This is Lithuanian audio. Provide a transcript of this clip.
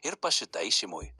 ir pasitaisymui